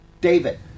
David